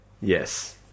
Yes